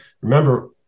remember